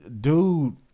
Dude